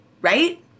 right